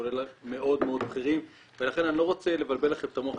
כולל מאוד מאוד בכירים ולכן אני לא רוצה לבלבל לכם את המוח.